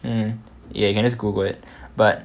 mm ya you can just Google it but